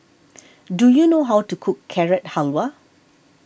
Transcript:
do you know how to cook Carrot Halwa